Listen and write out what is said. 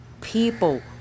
People